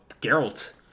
geralt